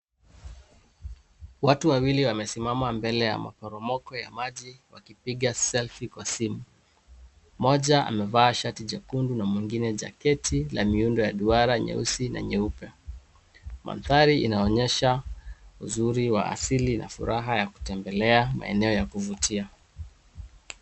Watu wawili wamesimama mbele ya maporomoko ya maji wakipiga selfie kwa simu. Mmoja amevaa shati jekundu na mwingine jaketi la miundo ya duara nyeusi na nyeupe. Mandhari inaonyesha uzuri wa asili na furaha ya kutembelea maeneo ya kuvutia.